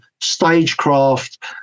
stagecraft